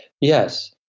Yes